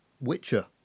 Witcher